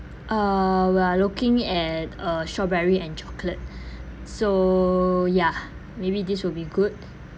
uh we're looking at a strawberry and chocolate so ya maybe this will be good